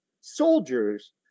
soldiers